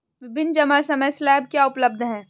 विभिन्न जमा समय स्लैब क्या उपलब्ध हैं?